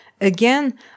Again